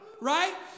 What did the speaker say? Right